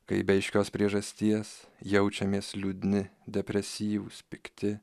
kaip be aiškios priežasties jaučiamės liūdni depresyvūs pikti